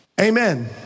Amen